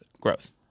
growth